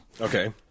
Okay